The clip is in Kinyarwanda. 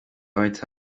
white